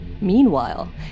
Meanwhile